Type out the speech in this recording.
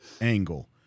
angle